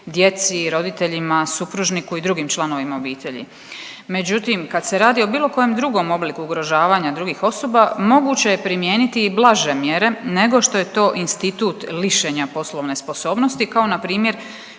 djeci, roditeljima, supružniku i drugim članovima obitelji. Međutim, kad se radi o bilo kojem drugom obliku ugrožavanja drugih osoba moguće je primijeniti i blaže mjere nego što je to institut lišenja poslovne sposobnosti kao na primjer